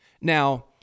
now